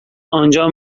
آنجا